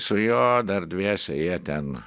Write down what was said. su juo dar dviese jie ten